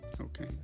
Okay